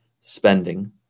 spending